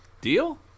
Deal